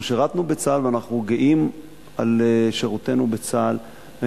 אנחנו שירתנו בצה"ל ואנחנו גאים על שירותנו בצה"ל.